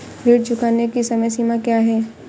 ऋण चुकाने की समय सीमा क्या है?